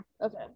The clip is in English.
Okay